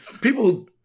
people